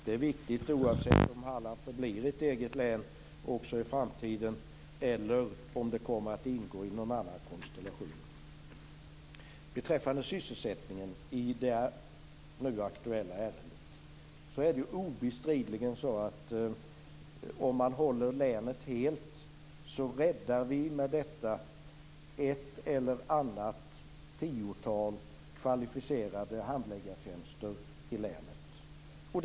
Det är viktigt oavsett om Halland förblir ett eget län också i framtiden eller om det kommer att ingå i någon annan konstellation. Beträffande sysselsättningen i samband med det nu aktuella ärendet är det obestridligen så att om man håller länet helt räddar vi med detta ett eller annat tiotal kvalificerade handläggartjänster i länet.